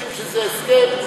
שבסדר?